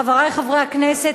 חברי חברי הכנסת,